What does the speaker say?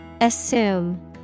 Assume